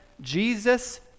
Jesus